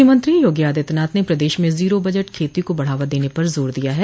मुख्यमंत्री योगी आदित्यनाथ ने प्रदेश में जीरो बजट खेती को बढ़ावा देने पर जोर दिया है